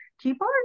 people